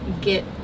get